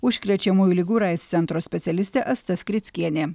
užkrečiamųjų ligų ir aids centro specialistė asta skrickienė